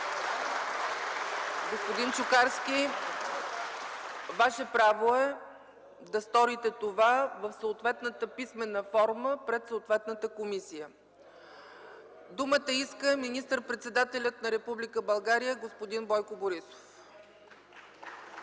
Господин Чукарски, Ваше право е да сторите това в съответната писмена форма пред съответната комисия. Думата иска министър-председателят на Република България господин Бойко Борисов.